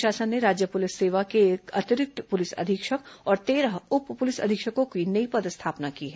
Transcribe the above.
राज्य शासन ने राज्य पुलिस सेवा के एक अतिरिक्त पुलिस अधीक्षक और तेरह उप पुलिस अधीक्षकों की नई पदस्थापना की है